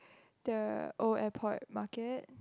the Old-Airport Market